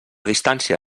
distància